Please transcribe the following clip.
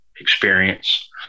experience